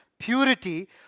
purity